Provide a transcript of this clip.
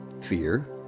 fear